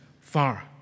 far